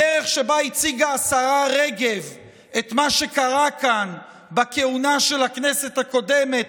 הדרך שבה הציגה השרה רגב את מה שקרה כאן בכהונה של הכנסת הקודמת,